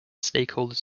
stakeholders